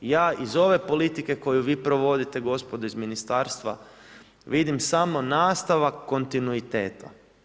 Ja iz ove politike koju vi provodite gospodo iz ministarstva, vidim samo nastavak konitnuiteta.